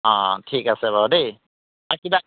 অঁ ঠিক আছে বাৰু দেই অঁ কিবা